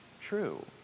true